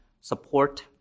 support